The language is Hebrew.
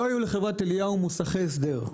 לא היו לחברת אליהו מוסכי הסדר,